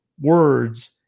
words